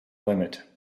limit